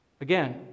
Again